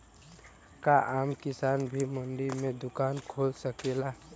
का आम किसान भी मंडी में दुकान खोल सकेला?